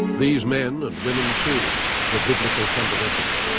these men and women too were biblical fundamentalists.